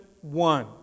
one